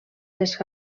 les